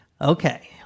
Okay